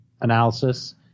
analysis